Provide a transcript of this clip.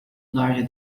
larger